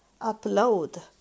upload